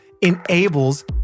enables